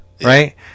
right